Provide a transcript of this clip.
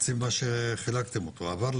לפי מה שחילקתם אותו לרשויות,